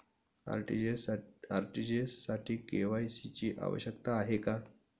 RTGS साठी KYC ची आवश्यकता आहे का?